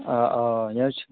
آ آ یہِ حظ چھِ